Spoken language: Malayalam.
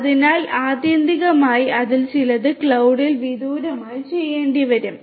അതിനാൽ ആത്യന്തികമായി അതിൽ ചിലത് ക്ലൌഡിൽ വിദൂരമായി ചെയ്യേണ്ടിവരും